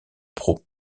pro